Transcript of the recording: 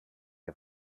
die